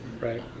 Right